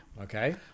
Okay